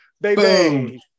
baby